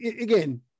again